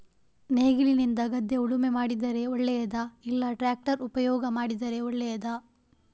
ನೇಗಿಲಿನಿಂದ ಗದ್ದೆ ಉಳುಮೆ ಮಾಡಿದರೆ ಒಳ್ಳೆಯದಾ ಇಲ್ಲ ಟ್ರ್ಯಾಕ್ಟರ್ ಉಪಯೋಗ ಮಾಡಿದರೆ ಒಳ್ಳೆಯದಾ?